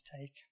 take